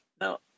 No